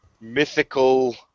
mythical